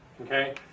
Okay